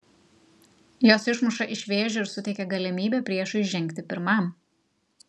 jos išmuša iš vėžių ir suteikia galimybę priešui žengti pirmam